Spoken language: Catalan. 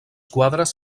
quadres